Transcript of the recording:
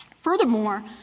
furthermore